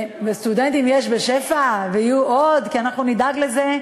סטודנטים יש בשפע ויהיו עוד כי אנחנו נדאג לזה,